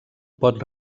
pot